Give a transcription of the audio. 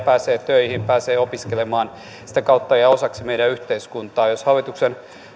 ja pääsee töihin pääsee opiskelemaan ja sitä kautta jää osaksi meidän yhteiskuntaamme jos hallituksen